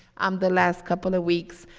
um the last couple of weeks,